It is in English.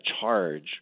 charge